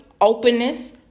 openness